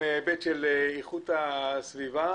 מההיבט של איכות הסביבה,